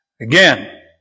Again